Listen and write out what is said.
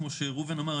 כמו שראובן אמר,